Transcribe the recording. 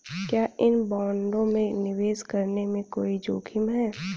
क्या इन बॉन्डों में निवेश करने में कोई जोखिम है?